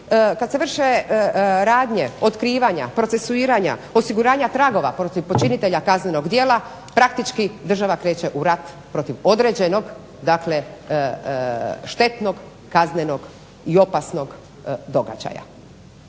Kada se vrše radnje otkrivanja, procesuiranja, osiguranja tragova protiv počinitelja kaznenog djela, država kreće u rat protiv određenog štetnog kaznenog i opasnog događaja.